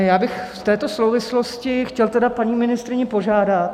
Já bych v této souvislosti chtěl tedy paní ministryni požádat...